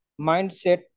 mindset